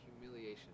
humiliation